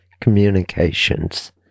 communications